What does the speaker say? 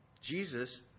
Jesus